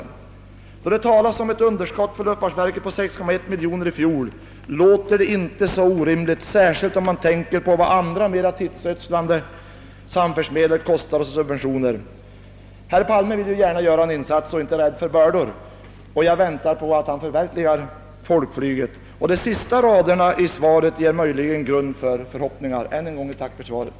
Det låter inte så orimligt när det talas om ett underskott för luftfartsverket i fjol på 6,1 miljoner — särskilt om man tänker på vad andra mer tidsödande samfärdsmedel kostar i form av subventioner. Statsrådet Palme vill ju gärna göra en insats och är inte rädd för bördor och jag förväntar mig därför att han förverkligar folkflyget. De sista raderna i svaret ger möjligen anledning till förhoppningar. Ännu en gång ett tack för svaret.